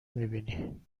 میبینی